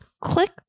click